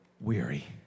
weary